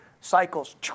cycles